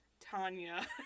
Tanya